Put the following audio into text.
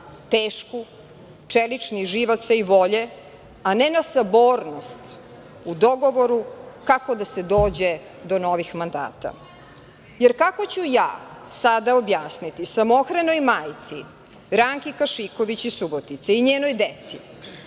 tešku, čeličnih živaca i volje, a ne na sabornost, u dogovoru kako da se dođe do novih mandata, jer kako ću ja sada objasniti samohranoj majci Ranki Kašiković iz Subotice i njenoj deci